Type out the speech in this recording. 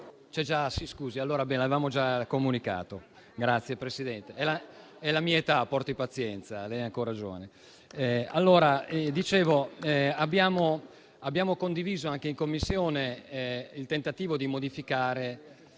abbiamo condiviso anche in Commissione un tentativo di modifica.